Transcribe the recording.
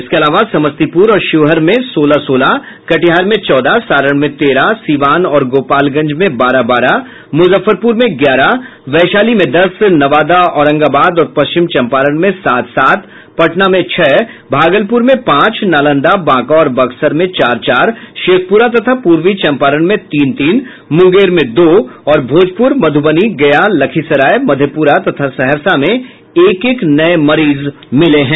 इसके आलवा समस्तीपुर और शिवहर में सोलह सोलह कटिहार में चौदह सारण में तेरह सिवान और गोपालगंज में बारह बारह मुजफ्फरपुर में ग्यारह वैशाली में दस नवादा औरंगाबाद और पश्चिम चंपारण में सात सात पटना में छह भागलपुर में पांच नालंदा बांका और बक्सर में चार चार शेखपुरा तथा पूर्वी चंपारण में तीन तीन मुंगेर में दो और भोजपुर मधुबनी गया लखीसराय मधेपुरा तथा सहरसा में एक एक नये मरीज मिले हैं